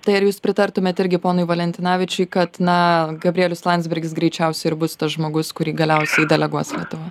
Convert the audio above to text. tai ar jūs pritartumėt irgi ponui valentinavičiui kad na gabrielius landsbergis greičiausia ir bus tas žmogus kurį galiausiai deleguos lietuva